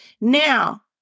Now